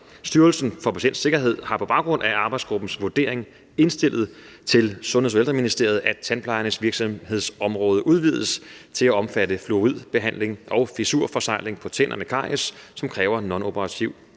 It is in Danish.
Styrelsen for Patientsikkerhed har på baggrund af arbejdsgruppens vurdering indstillet til Sundheds- og Ældreministeriet, at tandplejernes virksomhedsområde udvides til at omfatte fluoridbehandling og fissurforsegling på tænder med caries, som kræver nonoperativ